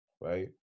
right